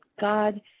God